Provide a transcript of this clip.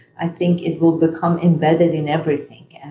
i think it will become embedded in everything.